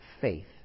faith